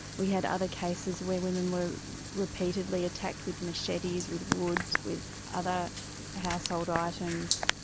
we had other cases where women were repeatedly attacked with machetes, with wood, with other household items.